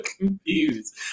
confused